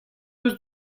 eus